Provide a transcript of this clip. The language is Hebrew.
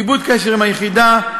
איבוד קשר עם היחידה,